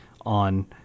on